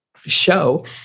show